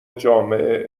جامع